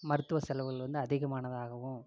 மருத்துவ செலவுகள் வந்து அதிகமானதாகவும்